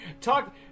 Talk